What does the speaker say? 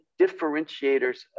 differentiators